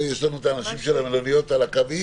יש לנו את האנשים של המלוניות על הקווים?